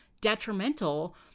detrimental